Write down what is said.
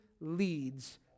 leads